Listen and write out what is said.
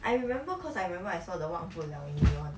I remember because I remember I saw the 忘不了 in neon